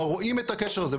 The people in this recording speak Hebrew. רואים את הקשר הזה,